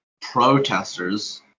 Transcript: protesters